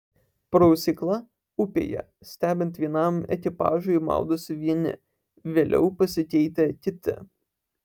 prausykla upėje stebint vienam ekipažui maudosi vieni vėliau pasikeitę kiti